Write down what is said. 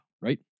right